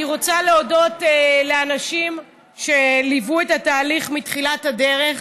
אני רוצה להודות לאנשים שליוו את התהליך מתחילת הדרך.